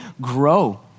grow